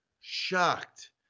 shocked